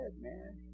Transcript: man